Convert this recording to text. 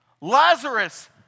Lazarus